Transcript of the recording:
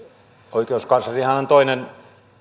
oikeuskanslerihan on toinen